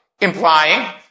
implying